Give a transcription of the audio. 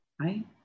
right